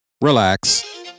relax